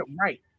right